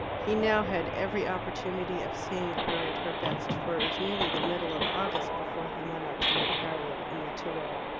he now had every opportunity of seeing her at her best, for it was nearly the middle of august before he went out to meet harriet in the tirol.